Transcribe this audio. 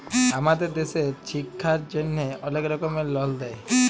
আমাদের দ্যাশে ছিক্ষার জ্যনহে অলেক রকমের লল দেয়